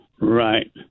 Right